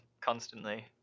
constantly